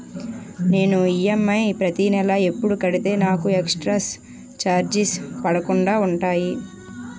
నేను ఈ.ఎం.ఐ ప్రతి నెల ఎపుడు కడితే నాకు ఎక్స్ స్త్ర చార్జెస్ పడకుండా ఉంటుంది?